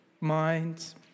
minds